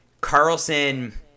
Carlson